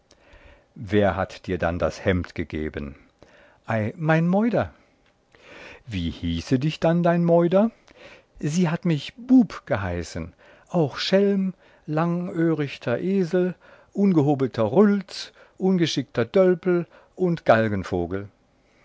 wer hat dir dann das hembd geben simpl ei mein meuder einsied wie hieße dich dann dein meuder simpl sie hat mich bub geheißen auch schelm langöhrichter esel ungehobelter rültz ungeschickter dölpel und